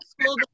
school